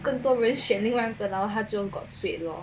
更多人先另外个老他就 got sweet lor